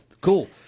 Cool